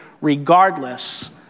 regardless